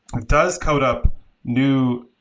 it does code up new,